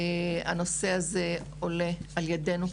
הנושא הזה עולה על ידינו,